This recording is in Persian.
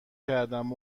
کردم